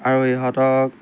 আৰু ইহঁতক